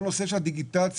כל הנושא של הדיגיטציה.